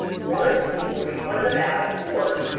one story was about a horse,